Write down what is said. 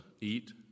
eat